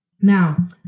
now